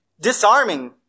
disarming